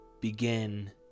begin